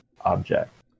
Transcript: object